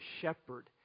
shepherd